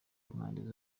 y’impande